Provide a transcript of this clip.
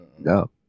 No